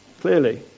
Clearly